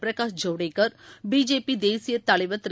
Prakash Javadekar BJP தேசியத் தலைவர் திரு